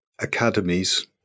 academies